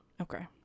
Okay